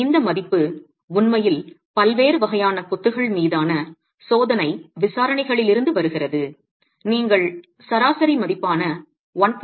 எனவே இந்த மதிப்பு உண்மையில் பல்வேறு வகையான கொத்துகள் மீதான சோதனை விசாரணைகளிலிருந்து வருகிறது நீங்கள் சராசரி மதிப்பான 1